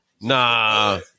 Nah